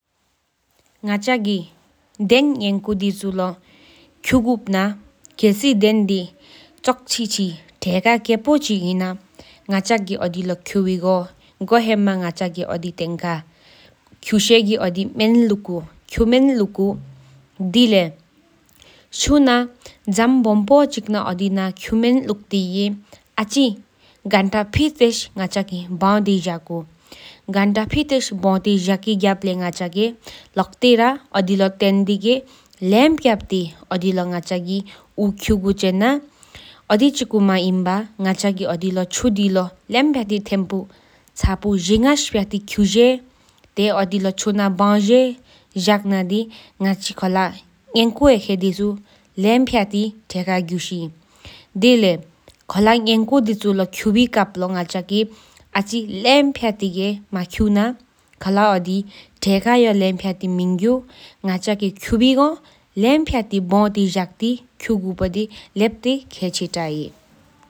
ང་ག་གི་སད་ནང་མགོན་ཁྗོ་ཡིས་ཉན་འཁའི་ཐུ་ཙེར་བས་ཆི་མ་མི་མང་གངས་ཀ་རགས་ཡིས་སྐྲག་ཡས་བོད་ཆོས་ཆིང་ནག་པ་འབགས་མ་ཞགཔ་སོ་བདར་སྟུག་དུས་པ་མ་རག་བརླ་པ་ཆི་ཉེ་ཁོས་མ་ཀུན་གེ་ཀོ་རིང་ཅ་ལཪ་སེའི་མཐར་རྐྱག་པ་བཞག་ཡོད་པ། གཉིས་ཀ་གདོང་ཚད་རོལ་མ་ཡམ་ཆི་མ་མི་མང་པི་འོག་གོལ་ནི་བོད་ཆོས་ཆེ་བསང་བཞགོ་ཞག་པ། ག་ལཪ་ཀོ་རེམ་ཕྱིམ་འཚོ་ལམ་ཞག་པ་མ་ཀུན་མ་རག་བརླ་པ་ཆི་ཉེ་ཁོའམ་མ་ཀུར་རེང་ཡང་གསུང་བཞགོ་ཞག་པ། འདི་ལས་ང་་ག་སྙོམ་གཙང་པ་དང་སྙིང་ཟེར་ཅ་མ་རེང་ལ་བཞག་ཡོད་པ།